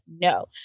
no